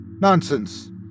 Nonsense